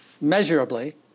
measurably